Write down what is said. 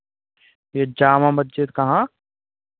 यह जामा मस्जिद कहाँ